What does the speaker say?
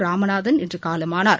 ராமநாதன் இன்று காலமானார்